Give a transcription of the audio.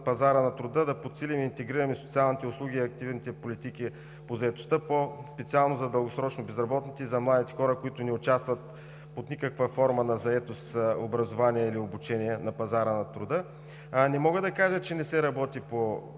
пазара на труда да подсилим и интегрираме социалните услуги и активните политики по заетостта, по-специално за дългосрочно безработните и за младите хора, които не участват под никаква форма на заетост, образование или обучение на пазара на труда. Не мога да кажа, че не се работи по